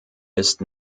ist